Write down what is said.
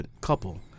couple